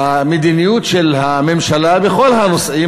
המדיניות של הממשלה בכל הנושאים,